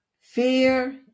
Fear